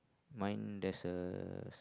mine there's a